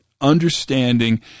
understanding